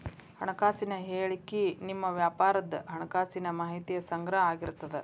ಹಣಕಾಸಿನ ಹೇಳಿಕಿ ನಿಮ್ಮ ವ್ಯಾಪಾರದ್ ಹಣಕಾಸಿನ ಮಾಹಿತಿಯ ಸಂಗ್ರಹ ಆಗಿರ್ತದ